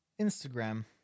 Instagram